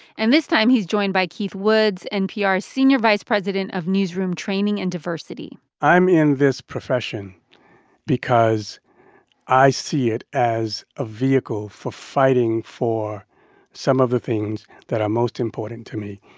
and this time he's joined by keith woods, npr's senior vice president of newsroom training and diversity i'm in this profession because i see it as a vehicle for fighting for some of the things that are most important to me,